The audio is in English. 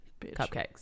cupcakes